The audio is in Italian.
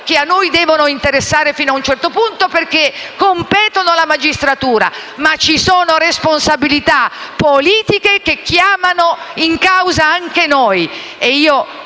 che a noi devono interessare fino ad un certo punto, perché competono alla magistratura, ma ci sono poi responsabilità politiche che chiamano in causa anche noi.